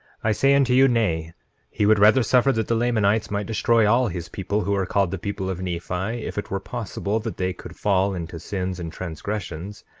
i say unto you, nay he would rather suffer that the lamanites might destroy all his people who are called the people of nephi, if it were possible that they could fall into sins and transgressions,